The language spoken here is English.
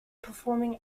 performing